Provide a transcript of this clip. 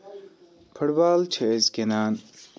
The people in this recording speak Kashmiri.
فُٹ بال چھِ أسۍ گِندان